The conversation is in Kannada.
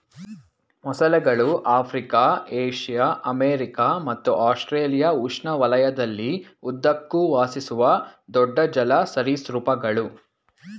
ಮೊಸಳೆಗಳು ಆಫ್ರಿಕಾ ಏಷ್ಯಾ ಅಮೆರಿಕ ಮತ್ತು ಆಸ್ಟ್ರೇಲಿಯಾ ಉಷ್ಣವಲಯದಲ್ಲಿ ಉದ್ದಕ್ಕೂ ವಾಸಿಸುವ ದೊಡ್ಡ ಜಲ ಸರೀಸೃಪಗಳು